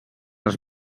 els